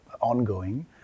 ongoing